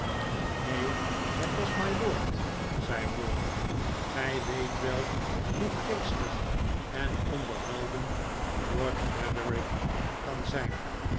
neen het was mylord zei ralph gij weet wel hoe geestig en onderhoudend lord frederik kan zijn